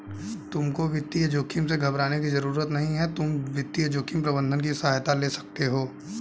तुमको वित्तीय जोखिम से घबराने की जरूरत नहीं है, तुम वित्तीय जोखिम प्रबंधन की सहायता ले सकते हो